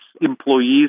employees